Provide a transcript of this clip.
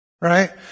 right